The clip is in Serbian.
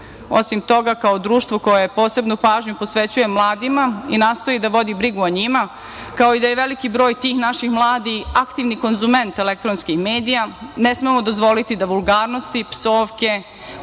toga, kao društvo koje posebnu pažnju posvećuje mladima i nastoji da vodi brigu o njima, kao i da je veliki broj tih naših mladi aktivni konzument elektronskih medija, ne smemo dozvoliti da vulgarnosti, psovke,